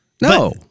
No